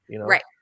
Right